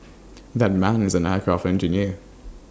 that man is an aircraft engineer